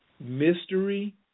mystery